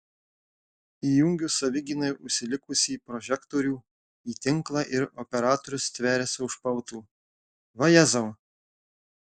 įjungiu savigynai užsilikusį prožektorių į tinklą ir operatorius stveriasi už pautų vajezau